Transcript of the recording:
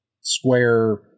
square